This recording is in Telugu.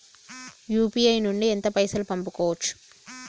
యూ.పీ.ఐ నుండి ఎంత పైసల్ పంపుకోవచ్చు?